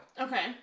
Okay